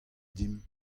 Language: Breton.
dimp